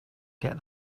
get